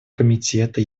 комитета